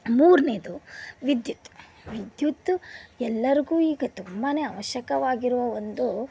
ಮೂರನೆಯದು ವಿದ್ಯುತ್ ವಿದ್ಯುತ್ ಎಲ್ಲರಿಗೂ ಈಗ ತುಂಬಾನೆ ಅವಶ್ಯಕವಾಗಿರುವ ಒಂದು